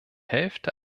hälfte